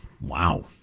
Wow